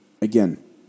again